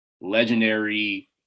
legendary